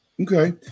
Okay